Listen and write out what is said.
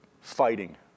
fighting